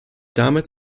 damit